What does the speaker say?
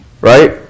Right